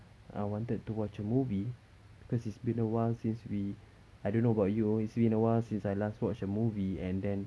I wanted to watch a movie because it's been a while since we I don't know about you it's been a while since I last watched a movie and then